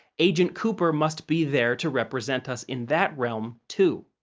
agent cooper must be there to represent us in that realm, too.